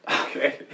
Okay